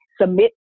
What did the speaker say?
submit